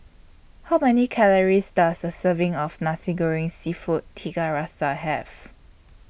How Many Calories Does A Serving of Nasi Goreng Seafood Tiga Rasa Have